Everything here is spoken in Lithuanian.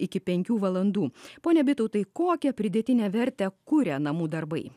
iki penkių valandų pone vytautai kokią pridėtinę vertę kuria namų darbai